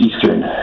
eastern